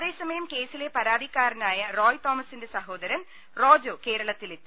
അതേസമയം കേസിലെ പരാതിക്കാരനായ റോയ് തോമസിന്റെ സഹോദരൻ റോജോ കേരളത്തിലെത്തി